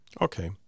Okay